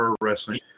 wrestling